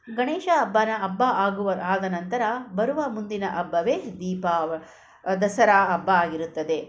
ಗಣೇಶ ಹಬ್ಬನ ಹಬ್ಬ ಆಗುವ ಆದ ನಂತರ ಬರುವ ಮುಂದಿನ ಹಬ್ಬವೇ ದೀಪಾವ ದಸರಾ ಹಬ್ಬ ಆಗಿರುತ್ತದೆ